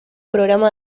programa